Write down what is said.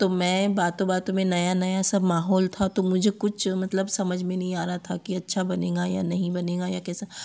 तो मैं बातों बातों में नया नया सा माहौल था तो मुझे कुछ मतलब समझ में नहीं आ रहा था कि कुछ अच्छा बनेगा या नहीं बनेगा या कैसा